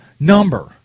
number